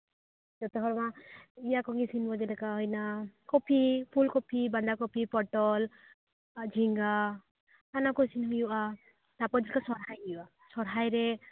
ᱤᱥᱤᱱ ᱢᱚᱫᱽᱫᱷᱮ ᱨᱮ ᱠᱚᱯᱤ ᱯᱷᱩᱞ ᱠᱚᱯᱤ ᱵᱟᱸᱫᱷᱟ ᱠᱚᱯᱤ ᱯᱚᱴᱚᱞ ᱟᱨ ᱡᱷᱤᱸᱜᱟᱹ ᱚᱱᱟ ᱠᱚ ᱤᱥᱤᱱ ᱦᱩᱭᱩᱜᱼᱟ ᱛᱟᱯᱚᱨ ᱡᱚᱠᱷᱚᱱ ᱥᱚᱨᱦᱟᱭ ᱦᱩᱭᱩᱜᱼᱟ ᱥᱚᱨᱦᱟᱭ ᱨᱮ